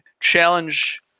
challenge